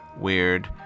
weird